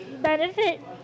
benefit